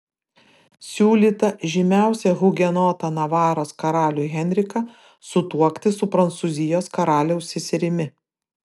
siūlyta žymiausią hugenotą navaros karalių henriką sutuokti su prancūzijos karaliaus seserimi